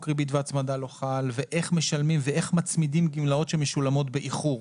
ריבית והצמדה לא חל ואיך משלמים ואיך מצמידים גמלאות שמשולמות באיחור.